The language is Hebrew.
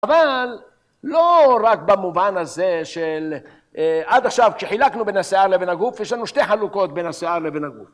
אבל לא רק במובן הזה של עד עכשיו כשחילקנו בין השיער לבין הגוף יש לנו שתי חלוקות בין השיער לבין הגוף